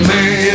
Man